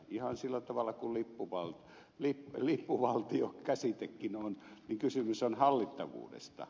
ihan sillä tavalla kuin lippuvaltiokäsitteessäkin on niin kysymys on hallittavuudesta